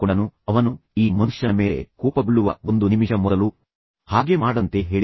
ಮತ್ತು ಅವನು ಮಕ್ಕಳನ್ನು ನಿಲ್ಲಿಸಲು ಹೊರಟಿದ್ದಾಗ ಸ್ಟೀವನ್ ಕೋವೀ ಅವನಿಗೆ ಹಾಗೆ ಮಾಡದಂತೆ ಹೇಳಿದನು